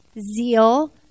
zeal